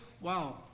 wow